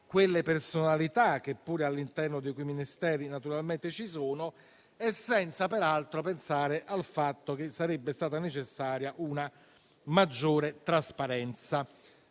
le personalità che pure all'interno dei Ministeri naturalmente ci sono e senza peraltro pensare al fatto che sarebbe stata necessaria una maggiore trasparenza.